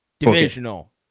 Divisional